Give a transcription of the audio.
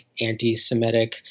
anti-Semitic